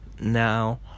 now